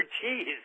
cheese